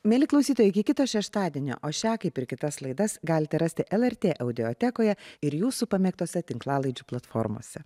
mieli klausytojai iki kito šeštadienio o šią kaip ir kitas laidas galite rasti lrt audiotekoje ir jūsų pamėgtose tinklalaidžių platformose